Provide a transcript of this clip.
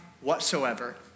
whatsoever